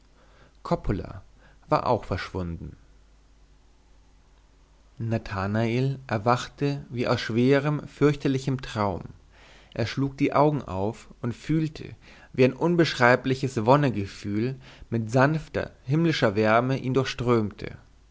coppola war auch verschwunden nathanael erwachte wie aus schwerem fürchterlichem traum er schlug die augen auf und fühlte wie ein unbeschreibliches wonnegefühl mit sanfter himmlischer wärme ihn durchströmte